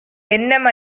என்ன